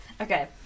Okay